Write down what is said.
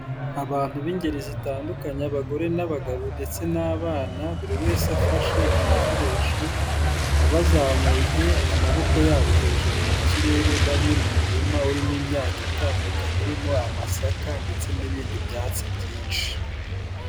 Abantu b'ingeri zitandukanye abagore n'abagabo ndetse n'abana, buri wese afashe igikoresho abazamuye amaboko yabo hejuru mu kirere bari mu murima urimo imyaka itandukanye, irimo amasaka ndetse n'ibindi byatsi byinshi.